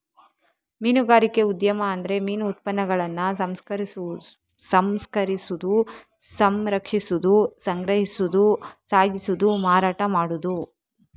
ಮೀನುಗಾರಿಕೆ ಉದ್ಯಮ ಅಂದ್ರೆ ಮೀನು ಉತ್ಪನ್ನಗಳನ್ನ ಸಂಸ್ಕರಿಸುದು, ಸಂರಕ್ಷಿಸುದು, ಸಂಗ್ರಹಿಸುದು, ಸಾಗಿಸುದು, ಮಾರಾಟ ಮಾಡುದು